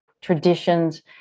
traditions